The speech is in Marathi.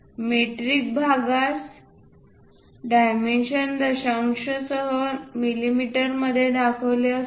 मेट्रिक भागास डायमेन्शन दशांशासह मिमीमध्ये दाखवलेले असतात